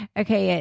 okay